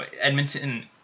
Edmonton